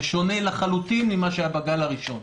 זה שונה לחלוטין ממה שהיה בגל הראשון.